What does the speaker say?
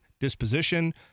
disposition